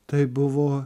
tai buvo